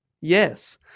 yes